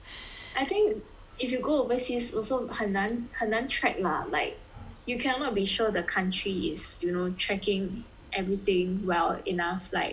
I think if you go overseas also 很难很难 track lah like you cannot be sure the countries is you know tracking everything well enough like